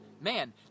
man